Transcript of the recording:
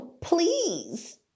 Please